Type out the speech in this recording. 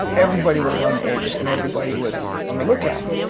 everybody was on edge and everybody was on the lookout.